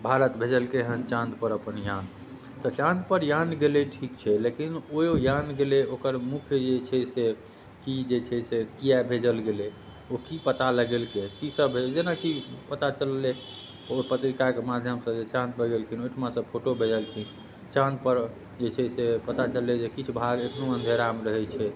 भारत भेजलकै है चाँदपर अपन यान तऽ चाँदपर यान गेलै ठीक छै लेकिन ओ यान गेलै ओकर मुख्य जे छै से की जे छै से किे भेजल गेलै ओ की पता लगेलके की सभ भेलै जेना कि पता चललै एगो पत्रिकाके माध्यमसँ जे चाँदपर गेलखिन ओहिठमासँ फोटो भेजलखिन चाँदपर जे छै से पता चललै जे किछु भाग एखनो अँधेरामे रहै छै